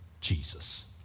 Jesus